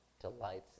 delights